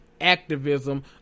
activism